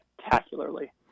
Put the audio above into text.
spectacularly